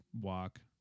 walk